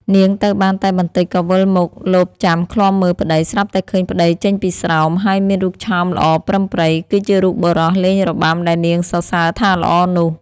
នាងទៅបានតែបន្ដិចក៏វិលមកលបចាំឃ្លាំមើលប្ដី ស្រាប់តែឃើញប្ដីចេញពីស្រោម ហើយមានរូបឆោមល្អប្រិមប្រិយ គឺជារូបបុរសលេងរបាំដែលនាងសរសើរថាល្អនោះ។